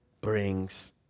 brings